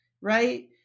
right